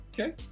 okay